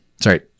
Sorry